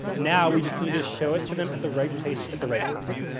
now we just need to show it to them at the right place, at the right time.